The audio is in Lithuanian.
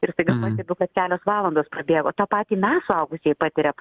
ir staiga pastebiu kad kelios valandos prabėgo tą patį mes suaugusieji patiriam